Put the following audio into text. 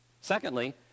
Secondly